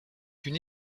une